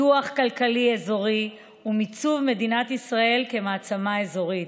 פיתוח כלכלי-אזורי ומיצוב מדינת ישראל כמעצמה אזורית.